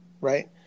Right